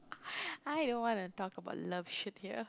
I don't want to talk about love shit here